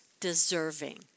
deserving